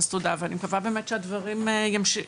אני רוצה מאוד מאוד לשבח את מי שכתבו את המסמך